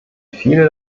viele